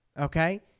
okay